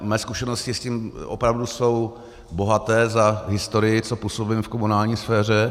Mé zkušenosti s tím opravdu jsou bohaté za historii, co působím v komunální sféře.